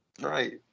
Right